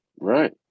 Right